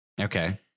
Okay